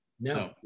No